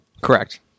Correct